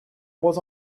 was